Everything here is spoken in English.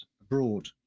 abroad